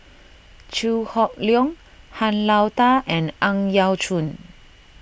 Chew Hock Leong Han Lao Da and Ang Yau Choon